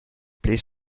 please